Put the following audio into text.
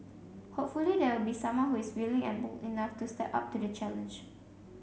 hopefully there will be someone who is willing and bold enough to step up to the challenge